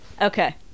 Okay